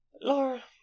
Laura